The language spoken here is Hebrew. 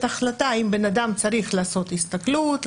החלטה אם בן אדם צריך לעשות הסתכלות,